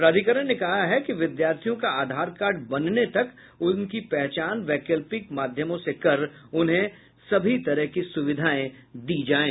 प्राधिकरण ने कहा है कि विद्यार्थियों का आधार कार्ड बनने तक उनकी पहचान वैकल्पिक माध्यमों से कर उन्हें सभी सुविधाएं दी जाएं